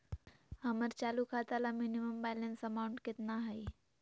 हमर चालू खाता ला मिनिमम बैलेंस अमाउंट केतना हइ?